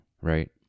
right